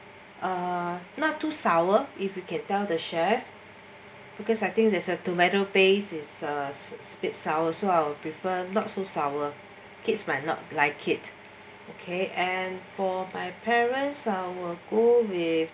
uh not too sour if you can tell the chef because I think there's a tomato base is a bit sour so I'll prefer not so sour kids might not like it okay and for my parents I'll go with